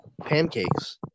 Pancakes